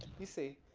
you see.